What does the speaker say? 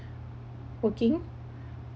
working